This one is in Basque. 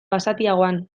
basatiagoan